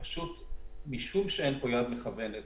אין יד מכוונת.